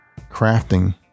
crafting